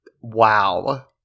wow